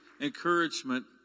encouragement